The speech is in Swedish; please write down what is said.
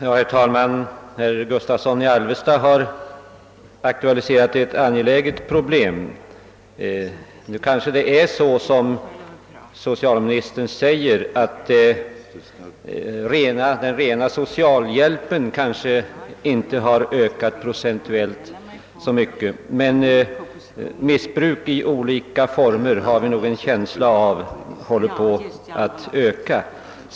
Herr talman! Herr Gustavsson i Alvesta har aktualiserat ett allvarligt problem. Det är möjligt att det är så som :socialministern säger att den rena socialhjälpen procentuellt sett inte har ökat så mycket, men man har nog en känsla av att missbruket av de sociala förmånerna håller på att öka.